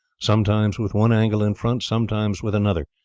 sometimes with one angle in front, sometimes with another,